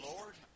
Lord